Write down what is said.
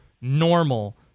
normal